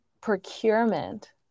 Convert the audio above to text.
procurement